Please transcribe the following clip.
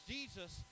Jesus